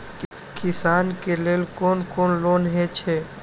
किसान के लेल कोन कोन लोन हे छे?